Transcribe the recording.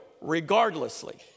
regardlessly